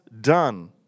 done